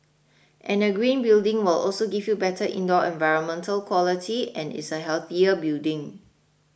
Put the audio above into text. and a green building will also give you better indoor environmental quality and is a healthier building